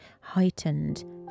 heightened